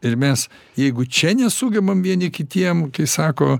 ir mes jeigu čia nesugebam vieni kitiem kai sako